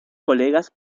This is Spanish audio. colegas